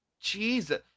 Jesus